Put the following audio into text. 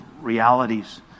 realities